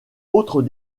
autres